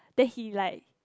then he like